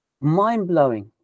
mind-blowing